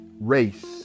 race